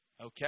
Okay